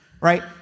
Right